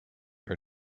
are